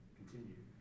continue